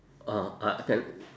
uh I can